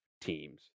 teams